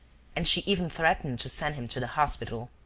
and she even threatened to send him to the hospital.